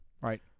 Right